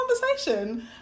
conversation